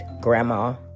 grandma